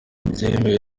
byemewe